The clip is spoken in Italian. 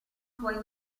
suoi